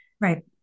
right